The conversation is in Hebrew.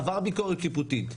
עבר ביקורת שיפוטית,